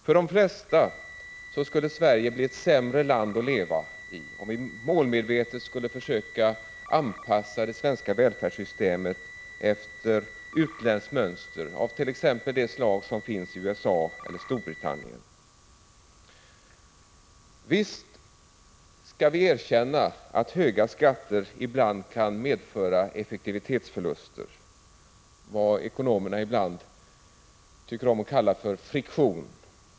För de flesta skulle Sverige bli ett sämre land att leva i om vi målmedvetet skulle försöka anpassa det svenska välfärdssystemet efter utländskt mönster av t.ex. det slag som finns i USA eller Storbritannien. Visst skall vi erkänna att höga skatter ibland kan medföra effektivitetsförluster, dvs. vad ekonomerna tycker om att kalla friktion.